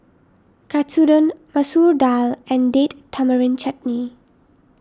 Katsudon Masoor Dal and Date Tamarind Chutney